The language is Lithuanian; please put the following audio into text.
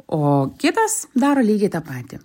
o kitas daro lygiai tą patį